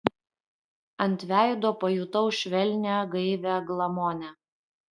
ant veido pajutau švelnią gaivią glamonę